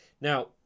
now